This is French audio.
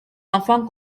enfants